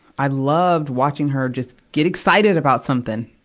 i loved watching her just get excited about something,